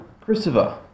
Christopher